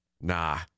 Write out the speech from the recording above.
Nah